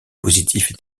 positifs